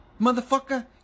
Motherfucker